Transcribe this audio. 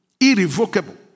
Irrevocable